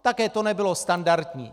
Také to nebylo standardní.